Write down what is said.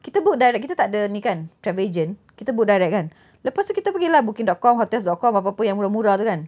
kita book direct kita takde ni kan travel agent kita book direct kan lepas tu kita pergi lah booking dot com hotels dot com apa apa yang murah-murah tu kan